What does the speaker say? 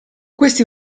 questi